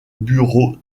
bureau